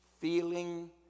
feeling